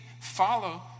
follow